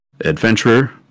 adventurer